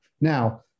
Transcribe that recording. Now